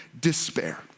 despair